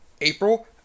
April